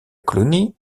colonie